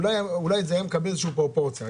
אולי זה היה מקבל איזשהו פרופורציה,